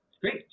great